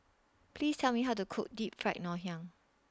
Please Tell Me How to Cook Deep Fried Ngoh Hiang